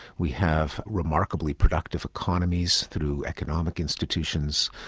we have remarkably productive economies through economic institutions,